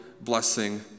blessing